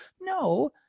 No